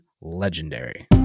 legendary